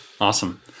Awesome